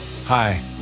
Hi